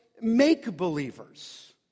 make-believers